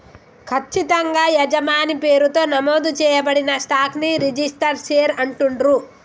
ఖచ్చితంగా యజమాని పేరుతో నమోదు చేయబడిన స్టాక్ ని రిజిస్టర్డ్ షేర్ అంటుండ్రు